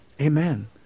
amen